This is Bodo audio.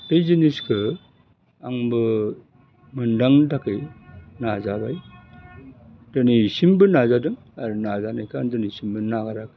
बे जिनिसखो आंबो मोनदांनो थाखै नाजाबाय दोनैसिमबो नाजादों आरो नाजानायखो आं दिनैसिमबो नागारा